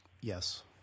Yes